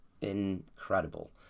incredible